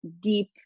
deep